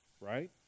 Right